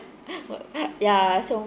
but ya so